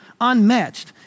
unmatched